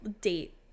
date